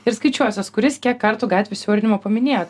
ir skaičiuosius kuris kiek kartų gatvių siaurinimą paminėjot